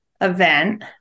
event